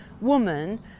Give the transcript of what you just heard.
woman